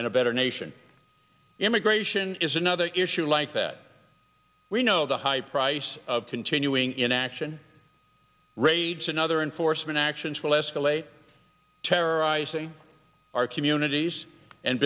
and a better nation immigration is another issue like that we know the high price of continuing inaction raids another enforcement actions will escalate terrorizing our communities and